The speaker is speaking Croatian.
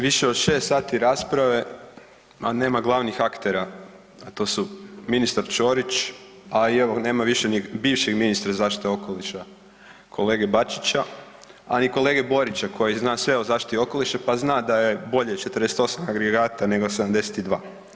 Više od 6 sati rasprave, a nema glavnih aktera, a to su ministar Ćorić, a i evo, nema više ni bivšeg ministra zaštite okoliša, kolege Bačića, a ni kolege Borića koji zna sve o zaštiti okoliša pa zna da je bolje 48 agregata nego 72.